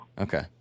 Okay